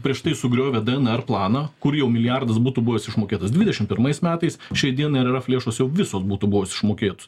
prieš tai sugriovė d n r planą kur jau milijardas būtų buvęs išmokėtas dvidešim pirmais metais šiai dienai r r f lėšos jau visos būtų buvus išmokėt